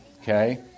okay